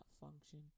function